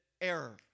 error